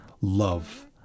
love